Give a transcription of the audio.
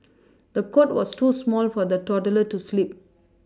the cot was too small for the toddler to sleep